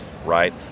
Right